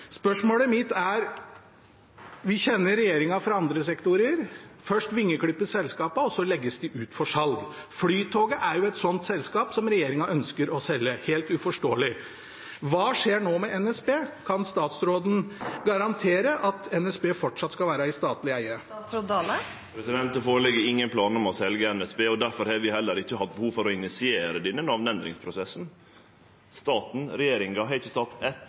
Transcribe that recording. Spørsmålet mitt er: Vi kjenner regjeringen fra andre sektorer. Først vingeklippes selskapene, så legges de ut for salg. Flytoget er et sånt selskap, som regjeringen ønsker å selge – helt uforståelig. Hva skjer nå med NSB? Kan statsråden garantere at NSB fortsatt skal være i statlig eie? Det ligg ikkje føre nokon planar om å selje NSB. Difor har vi heller ikkje hatt behov for å initiere denne namneendringsprosessen. Staten, regjeringa, har